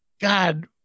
God